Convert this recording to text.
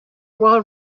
while